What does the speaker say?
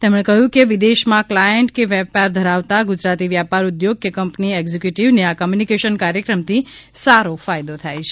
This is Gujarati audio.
તેમને કહ્યું કે વિદેશમાં ક્લાયન્ટ કે વ્યાપાર ધરાવતા ગુજરાતી વ્યાપાર ઉદ્યોગ કે કંપની એક્ઝિક્યુટિવને આ કોમ્યુનિકેશન કાર્યક્રમ થી સારો ફાયદો થયો છે